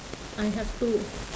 I have two